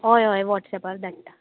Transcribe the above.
हय हय वॉट्सॅपार धाडटा